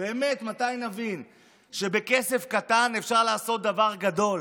באמת מתי נבין שבכסף קטן אפשר לעשות דבר גדול?